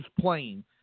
playing